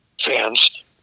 fans